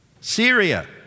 Syria